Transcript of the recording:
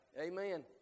Amen